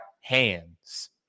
hands